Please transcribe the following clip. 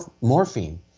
morphine